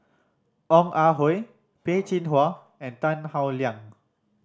Ong Ah Hoi Peh Chin Hua and Tan Howe Liang